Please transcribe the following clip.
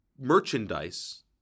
merchandise